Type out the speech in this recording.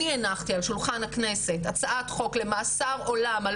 אני הנחתי על שולחן הכנסת הצעת חוק למאסר עולם על